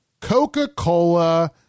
coca-cola